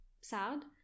sad